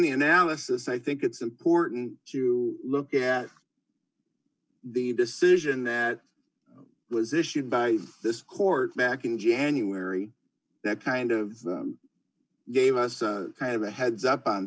the analysis i think it's important to look at the decision that was issued by this court back in january that kind of gave us kind of a heads up on